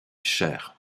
chair